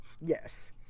Yes